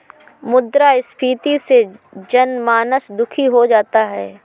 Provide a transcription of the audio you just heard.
मुद्रास्फीति से जनमानस दुखी हो जाता है